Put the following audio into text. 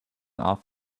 off